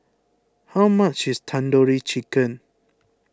how much is Tandoori Chicken